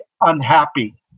unhappy